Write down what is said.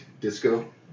disco